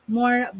more